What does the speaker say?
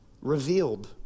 revealed